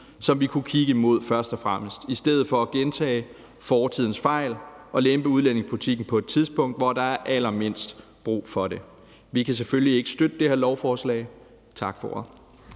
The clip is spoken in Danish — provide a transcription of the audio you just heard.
fremmest kunne kigge imod i stedet for at gentage fortidens fejl og lempe udlændingepolitikken på et tidspunkt, hvor der er allermindst brug for det. Vi kan selvfølgelig ikke støtte det her lovforslag. Tak for